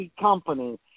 company